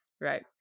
Right